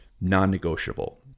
non-negotiable